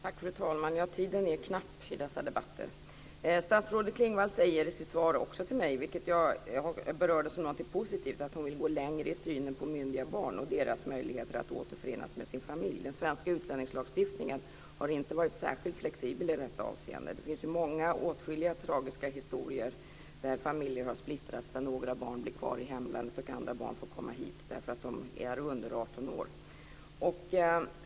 Fru talman! Tiden är knapp i dessa debatter. Statsrådet Klingvall säger i sitt svar till mig, vilket jag berörde som något positivt, att hon vill gå längre i synen på myndiga barn och deras möjligheter att återförenas med sin familj. Den svenska utlänningslagstiftningen har inte varit särskilt flexibel i detta avseende. Det finns åtskilliga tragiska historier där familjer har splittrats, där några barn blir kvar i hemlandet och andra barn får komma hit därför att de är under 18 år.